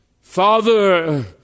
Father